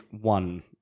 one